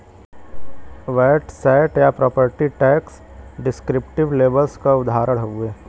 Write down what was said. VAT set या property tax descriptive labels क उदाहरण हउवे